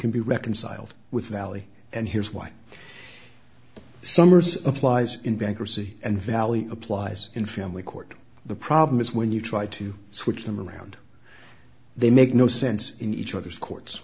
can be reconciled with valley and here's why summers applies in bankruptcy and valley applies in family court the problem is when you try to switch them around they make no sense in each other's courts